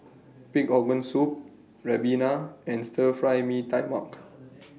Pig Organ Soup Ribena and Stir Fry Mee Tai Mak